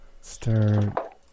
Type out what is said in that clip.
start